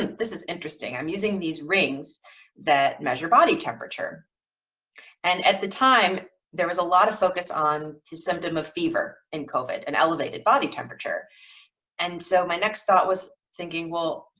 this is interesting. i'm using these rings that measure body temperature and at the time there was a lot of focus on his symptom of fever in covent an elevated body temperature and so my next thought was thinking well,